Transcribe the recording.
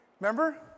remember